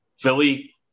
Philly